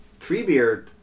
Treebeard